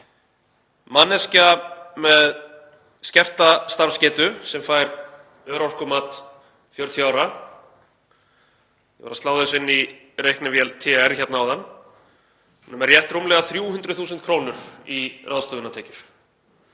Manneskja með skerta starfsgetu sem fær örorkumat 40 ára, ég var að slá þessu inn í reiknivél TR hérna áðan, hún er með rétt rúmlega 300.000 kr. í ráðstöfunartekjur.